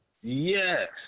Yes